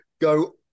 go